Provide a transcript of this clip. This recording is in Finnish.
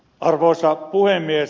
arvoisa puhemies